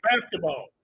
basketball